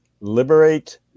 liberate